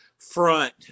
front